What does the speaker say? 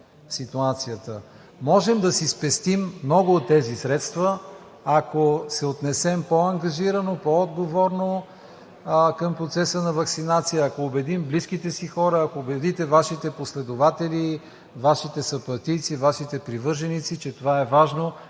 Можем да си спестим много от тези средства, ако се отнесем по-ангажирано, по-отговорно към процеса на ваксинация, ако убедим близките си хора, ако убедите Вашите последователи, Вашите съпартийци, Вашите привърженици, че това е важно,